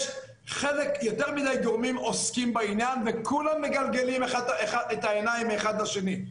יש יותר מדי גורמים עוסקים בעניין וכולם מגלגלים את העיניים מאחד לשני.